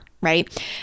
right